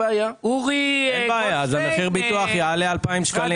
אין בעיה עם חמש שנים.